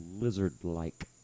lizard-like